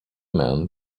man